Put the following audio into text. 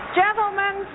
gentlemen